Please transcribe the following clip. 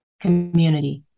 community